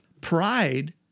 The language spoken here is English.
pride